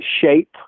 shape